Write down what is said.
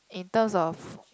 in terms of